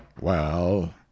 Well